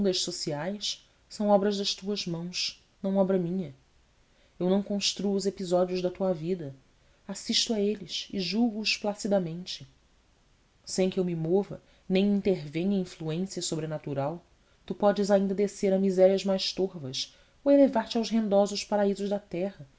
profundas sociais são obra das tuas mãos não obra minha eu não construo os episódios da tua vida assisto a eles e julgo os placidamente sem que eu me mova nem intervenha influência sobrenatural tu podes ainda descer a misérias mais torvas ou elevar te aos rendosos paraísos da terra